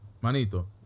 Manito